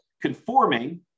conforming